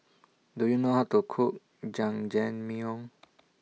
Do YOU know How to Cook Jajangmyeon